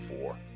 four